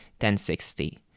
1060